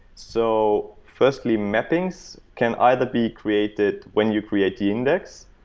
so firstly mappings can either be created when you create the index,